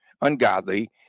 ungodly